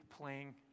playing